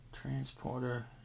Transporter